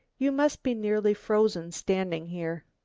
you must be nearly frozen standing here.